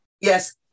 Yes